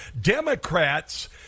Democrats